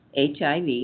HIV